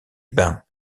bains